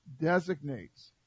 designates